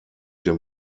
den